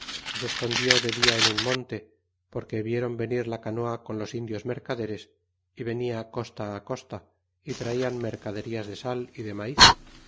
y se escondió de dia en un monte porque vieron venir la canoa con los indios mercaderes y venia costa costa y traían mercaderías de sal y de maiz